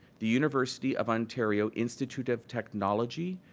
the university of ontario institute of technology,